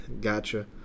Gotcha